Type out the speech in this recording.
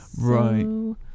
Right